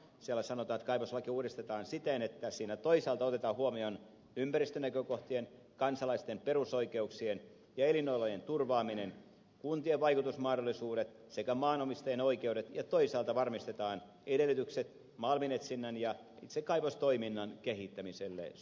siellä sanotaan että kaivoslakia uudistetaan siten että siinä toisaalta otetaan huomioon ympäristönäkökohtien kansalaisten perusoikeuksien ja elinolojen turvaaminen kuntien vaikutusmahdollisuudet sekä maanomistajien oikeudet ja toisaalta varmistetaan edellytykset malminetsinnän ja itse kaivostoiminnan kehittämi selle suomessa